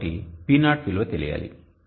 కాబట్టి P0 విలువ తెలియాలి